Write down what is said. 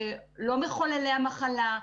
לא מחוללי המחלה,